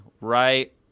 right